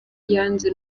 yanze